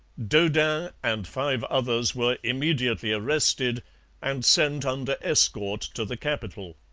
daudin and five others were immediately arrested and sent under escort to the capital.